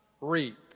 reap